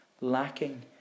lacking